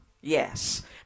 yes